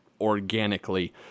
organically